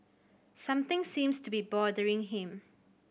something seems to be bothering him